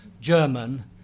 German